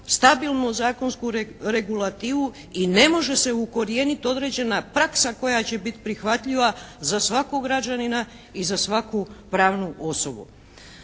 stabilnu zakonsku regulativu i ne može se ukorijenit određena praksa koja će bit prihvatljiva za svakog građanina i za svaku pravnu osobu.